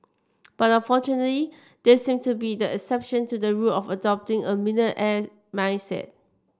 but unfortunately these seem to be the exception to the rule of adopting a millionaire mindset